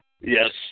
yes